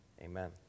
Amen